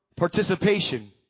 participation